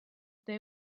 they